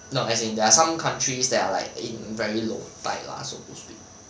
no as in there are some countries that are like in very low tide lah so to speak